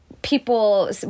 People